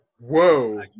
Whoa